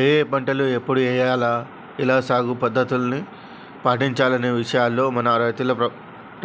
ఏఏ పంటలు ఎప్పుడు ఎయ్యాల, ఎలా సాగు పద్ధతుల్ని పాటించాలనే విషయాల్లో మన